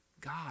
God